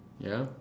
ya